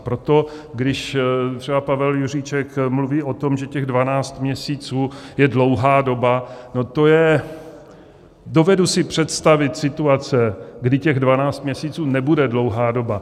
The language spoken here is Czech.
Proto když třeba Pavel Juříček mluví o tom, že těch 12 měsíců je dlouhá doba, no, to je... dovedu si představit situace, kdy těch 12 měsíců nebude dlouhá doba.